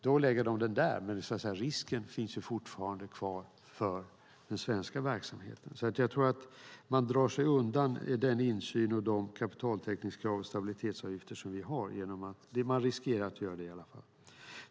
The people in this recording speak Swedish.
Då lägger de den där, men risken finns fortfarande kvar för den svenska verksamheten. Jag tror att man drar sig undan den insyn och de kapitaltäckningskrav och stabilitetsavgifter som vi har. Man riskerar att göra det i alla fall.